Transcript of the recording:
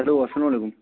hello اسلام علیکُم